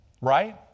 Right